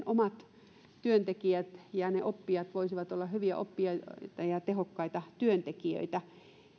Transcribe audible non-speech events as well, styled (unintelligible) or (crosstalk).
(unintelligible) omat työntekijämme ja ne oppijat voisivat olla hyviä oppijoita ja tehokkaita työntekijöitä